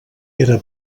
era